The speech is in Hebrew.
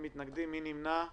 מי נמנע?